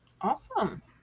Awesome